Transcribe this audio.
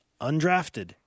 undrafted